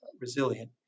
resilient